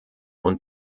und